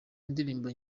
indirimbo